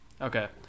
Okay